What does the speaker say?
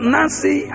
Nancy